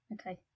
okay